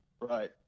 Right